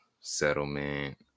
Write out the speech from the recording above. settlement